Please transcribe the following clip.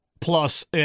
plus